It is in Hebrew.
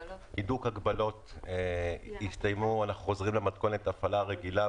הגבלות הסתיימו ואנחנו חוזרים למתכונת ההפעלה הרגילה,